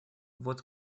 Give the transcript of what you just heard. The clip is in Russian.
вот